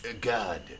God